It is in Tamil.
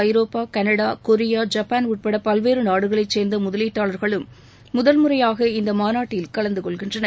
ஐரோப்பா கனடா கொரியா ஜப்பான் உட்பட பல்வேறு நாடுகளைச் அமெரிக்கா சேர்ந்த முதலீட்டாளர்களும் முதல் முறையாக இந்த மாநாட்டில் கலந்து கொள்கின்றனர்